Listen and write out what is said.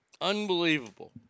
unbelievable